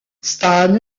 stan